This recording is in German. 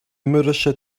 mürrische